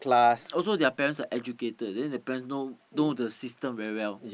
also their parents are educated then their parents know know the system very well